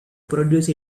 produce